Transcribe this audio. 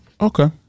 Okay